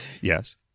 yes